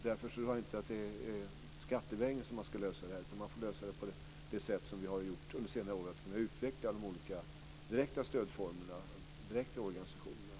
Därför ska man inte lösa detta skattevägen, utan man får lösa det på det sätt som vi har tillämpat under senare år, dvs. genom att utveckla formerna för direkt stöd till organisationerna.